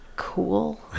cool